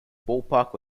ballpark